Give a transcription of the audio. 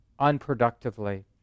unproductively